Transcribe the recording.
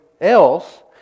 else